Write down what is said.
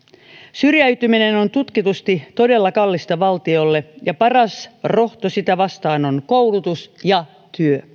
syrjäytyminen on tutkitusti todella kallista valtiolle ja paras rohto sitä vastaan on koulutus ja työ